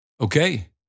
Okay